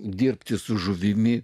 dirbti su žuvimi